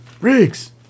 Riggs